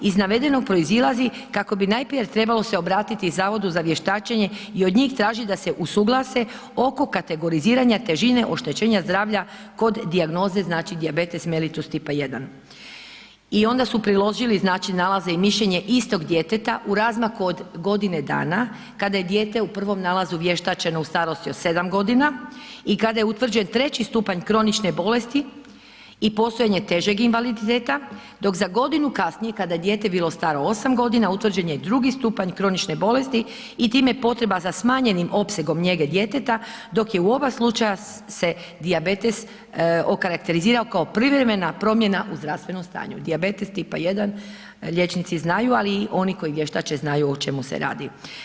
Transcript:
Iz navedenog proizilazi kako bi najprije trebalo se obratiti Zavodu za vještačenje i od njih tražiti da se usuglase oko kategoriziranja težine oštećenja zdravlja kod dijagnoze, znači diabetes mellitus tipa 1. I onda su priložili, znači, nalaze i mišljenje istog djeteta u razmaku od godine dana, kada je dijete u 1. nalazu vještačeno u starosti od 7 godina i kada je utvrđen 3. stupanj kronične bolesti i postojanje težeg invaliditeta, dok za godinu kasnije, kada je dijete bilo staro 8 godina, utvrđen je 2. stupanj kronične bolesti i time potreba za smanjenim opsegom njege djeteta, dok je u oba slučaja se dijabetes okarakterizirao kao privremena promjena u zdravstvenom stanju, dijabetes tipa 1, liječnici znaju, ali oni koji vještače znaju o čemu se radi.